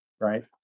Right